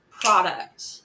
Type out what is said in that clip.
product